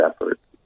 efforts